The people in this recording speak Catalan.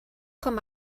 com